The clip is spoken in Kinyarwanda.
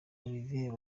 olivier